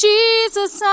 Jesus